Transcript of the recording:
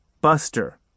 Buster